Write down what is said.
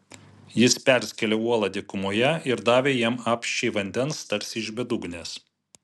jis perskėlė uolą dykumoje ir davė jiems apsčiai vandens tarsi iš bedugnės